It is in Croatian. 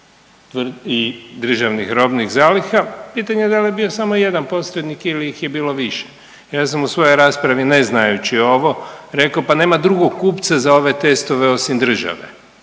i Državnih robnih zaliha pitanje da li je bio samo jedan posrednik ili ih je bilo više. Ja sam u svojoj raspravi ne znajući ovo rekao pa nema drugog kupca za ove testove osim države.